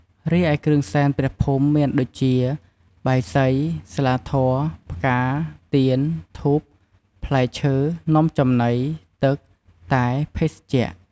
រីឯគ្រឿងសែនព្រះភូមិមានដូចជាបាយសី ស្លាធម៌ ផ្កា ទៀន ធូប ផ្លែឈើ នំចំណី ទឹក តែ ភេសជ្ជៈ ។